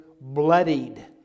bloodied